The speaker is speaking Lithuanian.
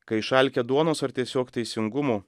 kai išalkę duonos ar tiesiog teisingumų